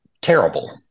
terrible